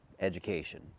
education